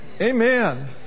Amen